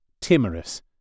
timorous